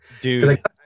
dude